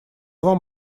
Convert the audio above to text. вам